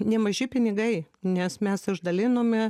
nemaži pinigai nes mes išdalinome